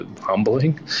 humbling